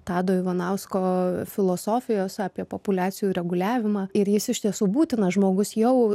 tado ivanausko filosofijos apie populiacijų reguliavimą ir jis iš tiesų būtinas žmogus jau